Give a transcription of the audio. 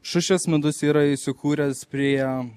šušvės midus yra įsikūręs prie